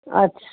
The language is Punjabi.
ਅੱਛਾ